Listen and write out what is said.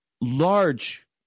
large